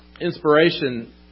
Inspiration